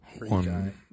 One